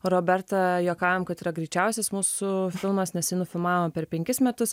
roberta juokaujam kad yra greičiausias mūsų filmas nes jį nufilmavom per penkis metus